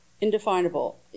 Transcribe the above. indefinable